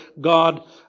God